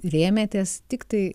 rėmėtės tiktai